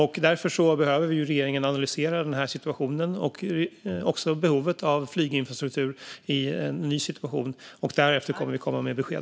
Regeringen behöver analysera situationen och behovet av flyginfrastruktur. Därefter kommer vi att komma med besked.